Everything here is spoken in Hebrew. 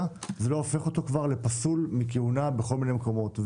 לא הופך אותו לפסול מכהונה בכל מיני מקומות.